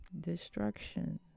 Destruction